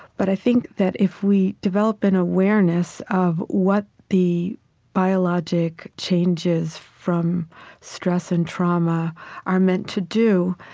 but i think that if we develop an awareness of what the biologic changes from stress and trauma are meant to do,